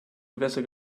gewässer